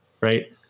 right